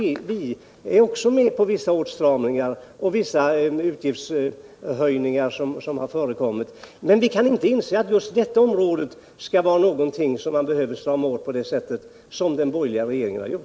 Vi går med på vissa åtstramningar och vissa utgiftsminskningar. Men jag kan inte inse att man just på detta område behöver strama åt på det sätt som den borgerliga regeringen föreslår.